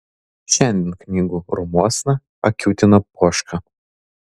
šiandien knygų rūmuosna atkiūtino poška